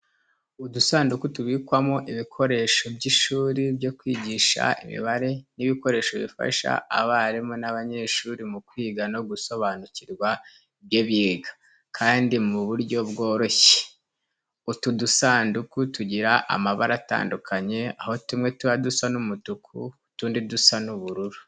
Udusanduka tubikwamo ibikoresho by'ishuri byo kwigisha imibare, ni ibikoresho bifasha abarimu n'abanyehsuri mu kwiga no gusobanukirwa ibyo biga kandi mu buryo bworoshye. Utu dusanduku tugira amabara atandukanye aho tumwe tuba dusa umutuku, utundi dusa ubururu.